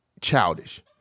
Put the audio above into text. childish